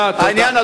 העניין,